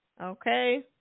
Okay